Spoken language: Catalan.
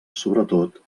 sobretot